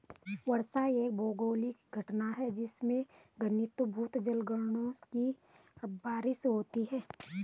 वर्षा एक भौगोलिक घटना है जिसमें घनीभूत जलकणों की बारिश होती है